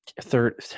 third